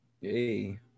Yay